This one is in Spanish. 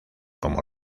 como